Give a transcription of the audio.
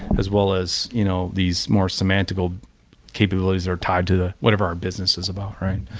as well as you know these more semantical capabilities are tied to whatever our business is about, right?